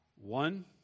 One